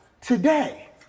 today